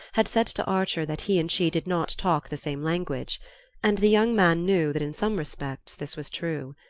had said to archer that he and she did not talk the same language and the young man knew that in some respects this was true.